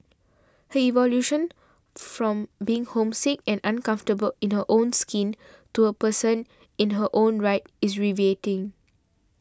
her evolution from being homesick and uncomfortable in her own skin to a person in her own right is riveting